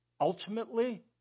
Ultimately